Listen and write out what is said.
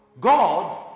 God